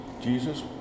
Jesus